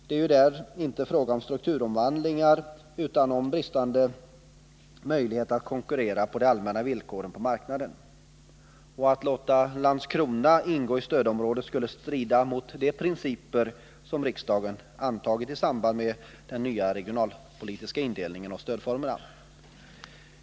Det är där inte fråga om strukturomvandlingar utan om bristande förmåga att konkurrera på de allmänna villkor som gäller på marknaden. Att låta Landskrona ingå i ett stödområde skulle strida mot de principer som riksdagen antagit i samband med den nya regionalpolitiska indelningen och stödformerna.